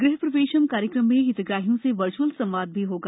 गृह प्रवेशम् कार्यक्रम में हितग्राहियों से वर्च्अल संवाद भी होगा